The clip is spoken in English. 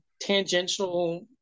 tangential